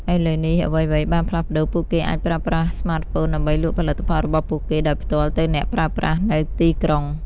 ឥឡូវនេះ អ្វីៗបានផ្លាស់ប្ដូរ ពួកគេអាចប្រើប្រាស់ស្មាតហ្វូនដើម្បីលក់ផលិតផលរបស់ពួកគេដោយផ្ទាល់ទៅអ្នកប្រើប្រាស់នៅទីក្រុង។